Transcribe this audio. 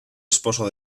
esposo